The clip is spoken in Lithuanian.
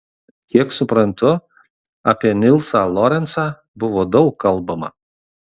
kiek suprantu apie nilsą lorencą buvo daug kalbama